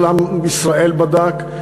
כל עם ישראל בדק.